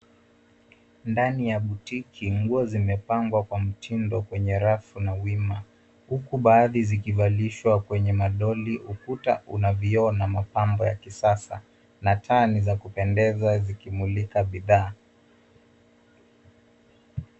Ndani ya botiki nguo zimepangwa kwa mtindo kwenye rafu na wima huku baadhi zikivalishwa kwenye madoli, ukuta una vyoo na mapambo ya kisasa na taa ni za kupendeza zikimulika bidhaa.